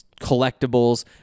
collectibles